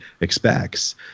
expects